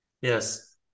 Yes